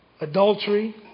adultery